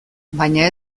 baina